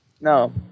No